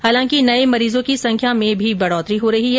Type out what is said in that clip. हालांकि नये मरीजों की संख्या में भी बढोतरी हो रही हैं